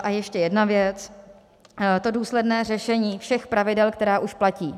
A ještě jedna věc, důsledné řešení všech pravidel, která už platí.